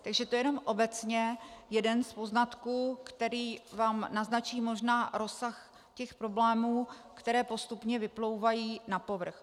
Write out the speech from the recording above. To jenom obecně jeden z poznatků, který vám naznačí možná rozsah těch problémů, které postupně vyplouvají na povrch.